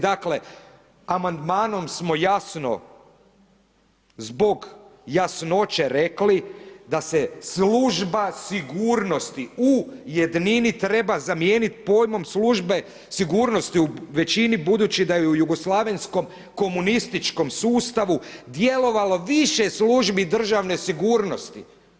Dakle amandmanom smo jasno zbog jasnoće rekli da se služba sigurnosti u jednini treba zamijeniti pojmom službe sigurnosti u većini budući da je u jugoslavenskom komunističkom sustavu djelovalo više službi državne sigurnosti.